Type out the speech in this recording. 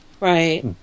Right